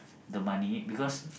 the money because